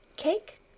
cake